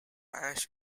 ash